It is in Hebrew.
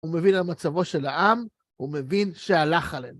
הוא מבין על מצבו של העם, הוא מבין שהלך עלינו.